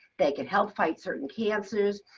they can help fight certain cancers.